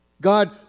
God